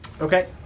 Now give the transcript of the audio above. okay